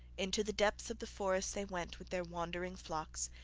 into the depths of the forest they went with their wandering flocks,